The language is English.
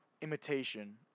imitation